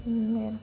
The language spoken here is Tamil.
வேறு